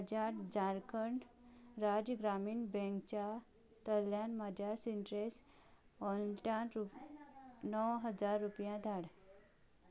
म्हज्या जारखंड राज्य ग्रामीण बँकांतल्या म्हज्या सिन्ट्रेस वॉलटांत णव हजार रुपया धाड